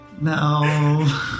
No